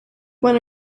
went